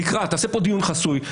תעשה פה דיון חסוי,